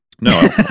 No